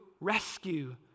rescue